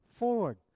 forward